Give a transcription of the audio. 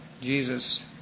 jesus